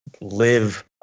live